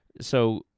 so-